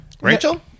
Rachel